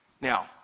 now